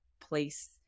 place